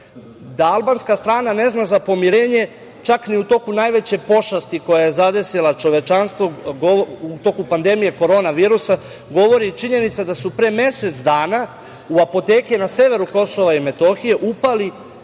albanska strana ne zna za pomirenje čak ni u toku najveće pošasti koja je zadesila čovečanstvo, u toku pandemije korona virusa, govori i činjenica da su pre mesec dana u apoteke na severu KiM upali